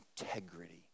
integrity